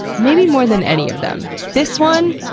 maybe more than any of them. this one,